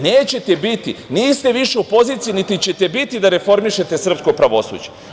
Niste više u poziciji, niti ćete biti da reformišete srpsko pravosuđe.